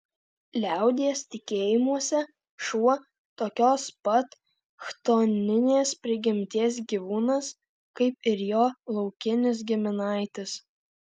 liaudies tikėjimuose šuo tokios pat chtoninės prigimties gyvūnas kaip ir jo laukinis giminaitis